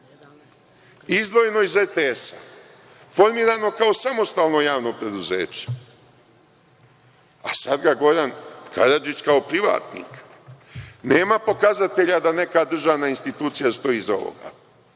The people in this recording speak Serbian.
Izdvojeno iz RTS, formirano kao samostalno javno preduzeće, a sada ga Goran Karadžić kao privatnik, nema pokazatelja da neka državna institucija stoji iza ovoga.